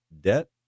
debt